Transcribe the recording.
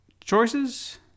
choices